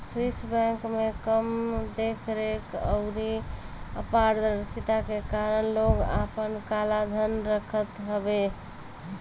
Swiss bank में कम देख रेख अउरी अपारदर्शिता के कारण लोग आपन काला धन रखत हवे